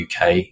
UK